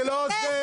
זה לא עוזר.